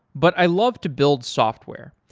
but i love to build software.